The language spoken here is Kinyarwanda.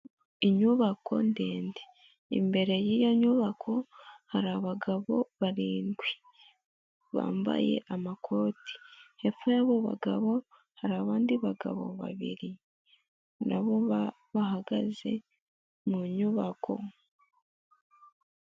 Inyubako ndende, imbere y'iyo nyubako hari abagabo barindwi bambaye amakoti, hepfo y'abo bagabo hari abandi bagabo babiri na bo bahagaze mu nyubako.